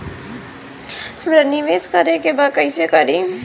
हमरा निवेश करे के बा कईसे करी?